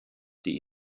die